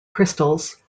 crystals